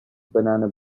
banana